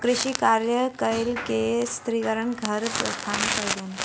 कृषि कार्य कय के स्त्रीगण घर प्रस्थान कयलैन